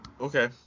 Okay